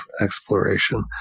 exploration